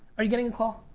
are you getting a call?